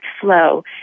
flow